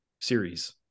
series